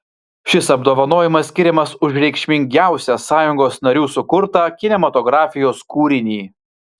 šis apdovanojimas skiriamas už reikšmingiausią sąjungos narių sukurtą kinematografijos kūrinį